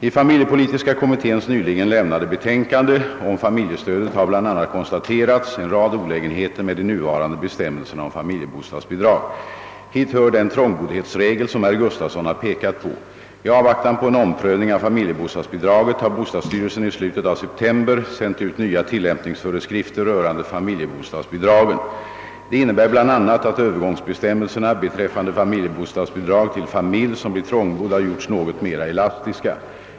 I familjepolitiska kommitténs nyligen lämnade betänkande om familjestödet har bl.a. konstaterats en rad olägenheter med de nuvarande bestämmelserna om familjebostadsbidrag. Hit hör den trångboddhetsregel som herr Gustafsson har pekat på. I avvaktan på en omprövning av familjebostadsbidraget har bostadsstyrelsen i slutet av september sänt ut nya tillämpningsföreskrifter rörande familjebostadsbidragen. De innebär bl.a. att övergångsbestämmelserna beträffande familjebostadsbidrag till familj som blir trångbodd har gjorts något mer elastiska.